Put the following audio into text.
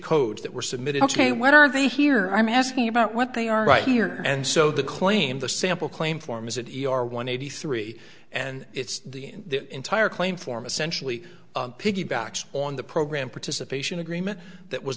codes that were submitted ok what are they here i'm asking about what they are right here and so the claim the sample claim form is it your one eighty three and it's the entire claim form essentially piggybacks on the program participation agreement that was